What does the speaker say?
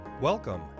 Welcome